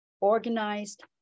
organized